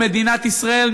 וזו מדינת ישראל,